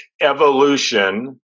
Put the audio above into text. evolution